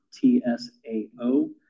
T-S-A-O